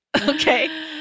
Okay